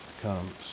comes